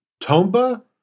Tomba